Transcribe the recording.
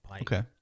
Okay